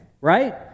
right